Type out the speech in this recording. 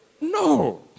no